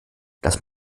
dass